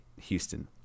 Houston